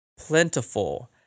plentiful